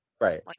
Right